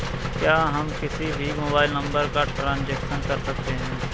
क्या हम किसी भी मोबाइल नंबर का ट्रांजेक्शन कर सकते हैं?